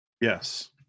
Yes